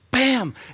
Bam